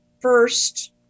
first